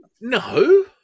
no